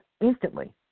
instantly